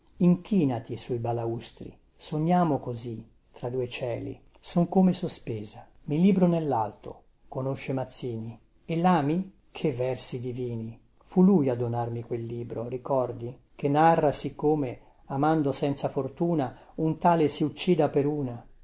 i inchìnati sui balaustri sognarne così tra due cieli son come sospesa mi libro nellalto conosce mazzini e lami che versi divini fu lui a donarmi quel libro ricordi che narra siccome amando senza fortuna un tale si uccida per una